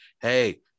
Hey